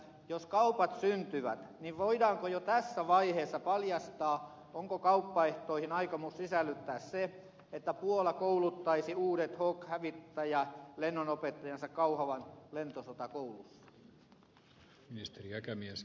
jos kaupat syntyvät niin voidaanko jo tässä vaiheessa paljastaa onko kauppaehtoihin aikomus sisällyttää se että puola kouluttaisi uudet hawk hävittäjälennonopettajansa kauhavan lentosotakoulussa